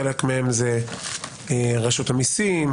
חלק מהם זה רשות המיסים,